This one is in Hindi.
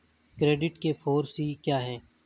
क्रेडिट के फॉर सी क्या हैं?